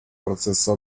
процесса